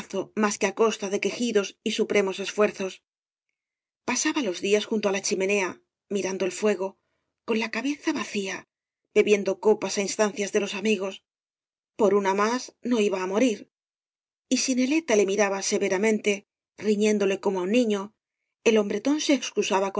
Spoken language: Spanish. mas que á costa de queji dos y supremos esfuerzos pasaba los días junto á la chimenea mirando el fuego con la cabeza vacía bebiendo copas á instancias de los amigos por una más no iba á morir y si neleta le miraba severamente rifiéndole como á un niño el hombretdn se excusaba